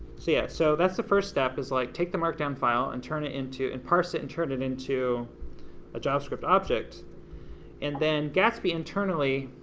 so yeah, so that's the first step is like, take the markdown file and turn it into, and parse it, and turn it into a javascript object and then gatsby internally,